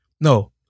No